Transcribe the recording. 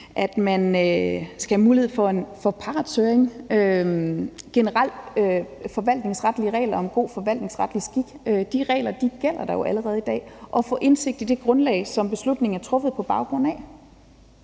at man skal have mulighed for en partshøring, og generelt forvaltningsretlige regler om god forvaltningsretlig skik. De regler gælder jo allerede i dag i forhold til at få indsigt i det grundlag, som beslutningen er truffet på baggrund af.